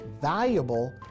valuable